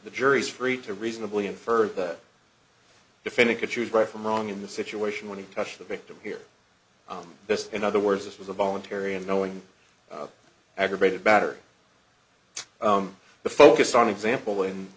the jury is free to reasonably infer that defendant could choose right from wrong in the situation when he touched the victim here on this in other words this was a voluntary and knowing aggravated battery the focus on example